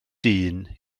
dyn